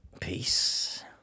Peace